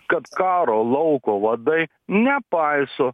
kad karo lauko vadai nepaiso